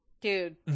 Dude